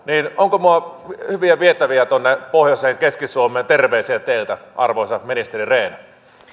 onko minulla hyviä vietäviä tuonne pohjoiseen keski suomeen terveisiä teiltä arvoisa ministeri rehn